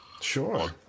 Sure